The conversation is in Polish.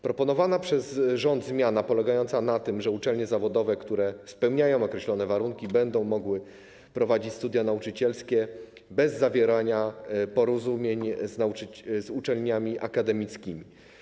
Proponowana przez rząd zmiana polega na tym, że uczelnie zawodowe, które spełniają określone warunki, będą mogły prowadzić studia nauczycielskie bez zawierania porozumień z uczelniami akademickimi.